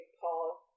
Paul